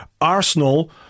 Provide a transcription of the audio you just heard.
Arsenal